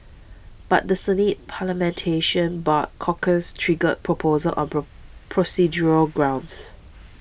but the Senate barred Corker's trigger proposal on pro procedural grounds